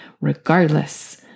regardless